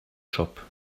shop